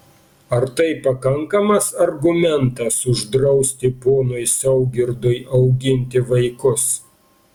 ar tai pakankamas argumentas uždrausti ponui saugirdui auginti vaikus